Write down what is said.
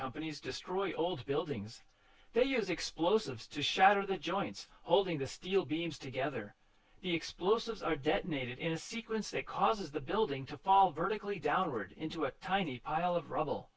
companies destroy old buildings they use explosives to shatter the joints holding the steel beams together the explosives are detonated in a sequence that causes the building to fall vertically downward into a tiny pile of rubble